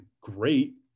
great